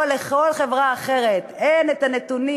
או לכל חברה אחרת אין את הנתונים,